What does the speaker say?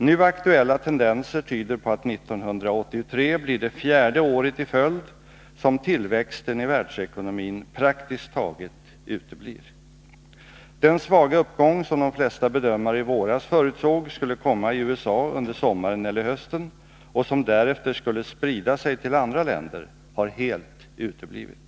Nu aktuella tendenser tyder på att 1983 blir det fjärde året i följd som tillväxten i världsekonomin praktiskt taget uteblir. Den svaga uppgång som de flesta bedömare i våras förutsåg skulle komma i USA under sommaren eller hösten och som därefter skulle sprida sig till andra länder, har helt uteblivit.